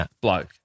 bloke